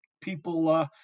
people